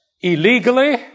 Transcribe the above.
illegally